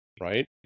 right